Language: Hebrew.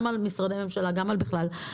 גם על משרדי ממשלה וגם בכלל.